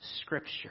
Scripture